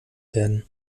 werden